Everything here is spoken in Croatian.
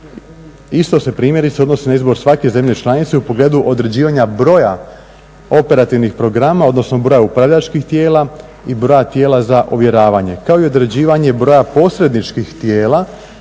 Isto se primjerice odnosi na izbor svake zemlje članice u pogledu određivanja broja operativnih programa odnosno broja upravljačkih tijela i broja tijela za ovjeravanje kao i odrađivanje broja posredničkih tijela